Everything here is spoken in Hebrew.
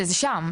זה שם,